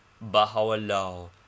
baha'u'llah